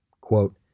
Quote